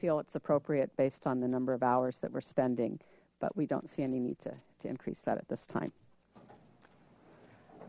feel it's appropriate based on the number of hours that we're spending but we don't see any need to to increase that at this time